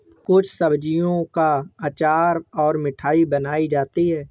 कुछ सब्जियों का अचार और मिठाई बनाई जाती है